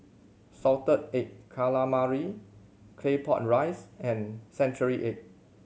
Salted Egg Calamari Claypot Rice and century egg